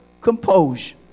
composure